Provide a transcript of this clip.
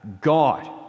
God